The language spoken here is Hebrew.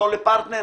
לא לפרטנר,